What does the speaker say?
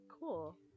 cool